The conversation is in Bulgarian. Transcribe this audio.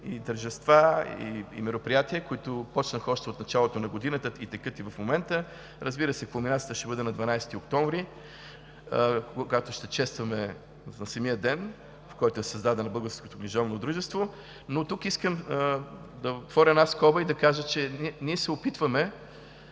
и тържества, и мероприятия, които започнаха още от началото на годината, текат и в момента. Кулминацията ще бъде на 12 октомври, когато ще честваме на самия ден, на който е създадено Българското книжовно дружество. Тук искам да отворя една скоба и да кажа, че ние се опитваме,